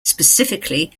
specifically